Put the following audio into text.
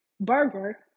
burger